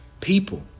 people